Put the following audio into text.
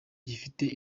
gifite